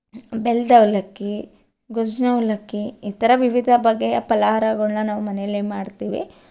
ಬೆಲ್ಲದ ಅವಲಕ್ಕಿ ಗೊಜ್ಜನ್ನ ಅವಲಕ್ಕಿ ಈ ಥರ ವಿವಿಧ ಬಗೆಯ ಫಲಹಾರಗಳನ್ನ ನಾವು ಮನೆಯಲ್ಲೆ ಮಾಡ್ತೀವಿ